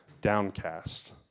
downcast